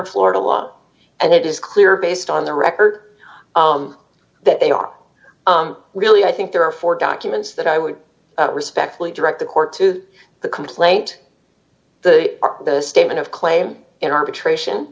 of florida law and it is clear based on the record that they are really i think there are four documents that i would respectfully direct the court to the complaint the are the statement of claim in arbitration